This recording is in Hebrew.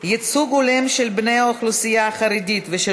ייצוג הולם של בני האוכלוסייה החרדית ושל